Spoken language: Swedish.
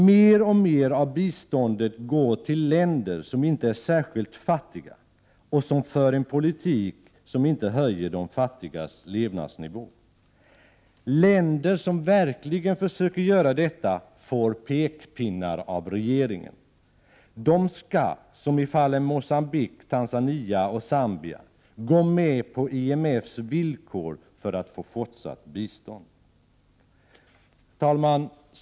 Mer och mer av biståndet går till länder som inte är särskilt fattiga och som för en politik som inte medverkar till en höjning av de fattigas levnadsnivå. Länder som verkligen försöker göra detta får pekpinnar av regeringen. De skall, som i fallen Mogambique, Tanzania och Zambia — gå med på IMF:s villkor för att få fortsatt bistånd. Herr talman!